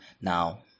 now